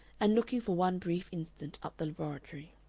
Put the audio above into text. and looking for one brief instant up the laboratory.